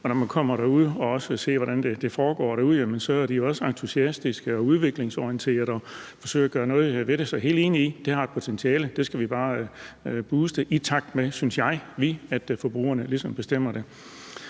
og når man kommer ud og ser, hvordan det foregår derude, så er de jo også entusiastiske og udviklingsorienterede og forsøger at gøre noget ved det. Så jeg er helt enig i, at det har et potentiale, og det skal vi bare booste i den takt, synes vi, forbrugerne ligesom bestemmer.